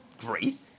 great